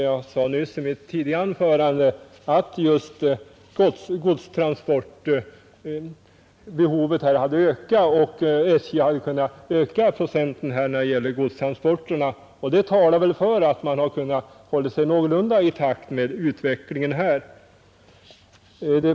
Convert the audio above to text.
Jag sade i mitt tidigare anförande att godstransporterna har ökat och att SJ även har kunnat öka den procentuella andelen av godstransporterna. Det talar väl för att man har kunnat hålla sig någorlunda i takt med utvecklingen.